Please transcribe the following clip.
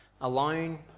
Alone